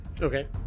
Okay